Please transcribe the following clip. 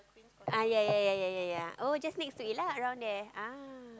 ah ya ya ya ya ya ya oh just next to it lah around there ah